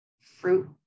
fruit